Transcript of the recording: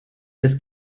des